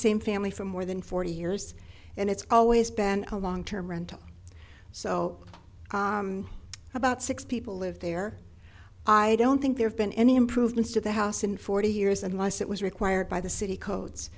same family for more than forty years and it's always been a long term rental so about six people lived there i don't think there have been any improvements to the house in forty years unless it was required by the city codes